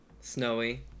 snowy